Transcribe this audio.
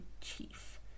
chief